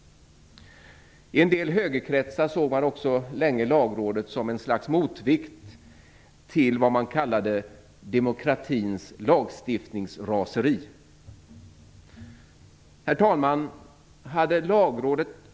I en del högerkretsar sågs också länge Lagrådet som ett slags motvikt till vad man kallade "demokratins lagstiftningsraseri". Herr talman!